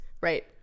Right